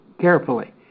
carefully